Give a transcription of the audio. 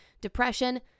depression